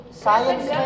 science